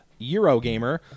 Eurogamer